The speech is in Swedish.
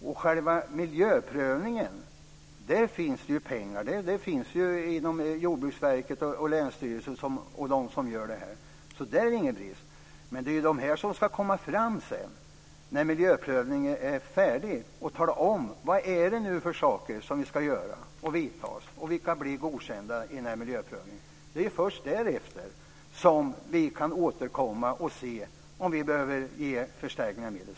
Till själva miljöprövningen finns det pengar inom Jordbruksverket, länsstyrelsen osv., men därefter ska man tala om vilka som blir godkända och vad som ska göras. Först därefter kan vi se om det behövs medelsförstärkningar.